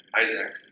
Isaac